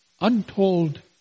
untold